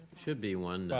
should be one